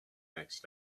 next